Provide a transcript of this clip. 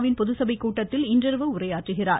win பொதுச்சபைக்கூட்டத்தில் இன்றிரவு உரையாற்றுகிறார்